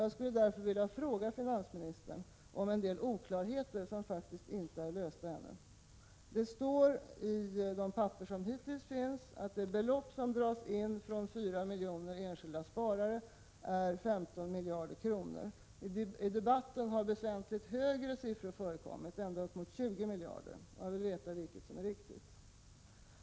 Jag skulle därför vilja fråga finansministern om en del oklarheter, som faktiskt inte är lösta ännu. Det står i de papper som hittills finns att det belopp som dras in från 4 miljoner enskilda sparare är 15 miljarder kronor. I debatten har väsentligt högre siffror förekommit, ända upp mot 20 miljarder. Jag vill veta vilket som är riktigt.